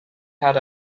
had